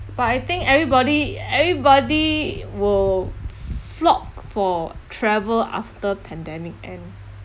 but I think everybody everybody will flock for travel after pandemic end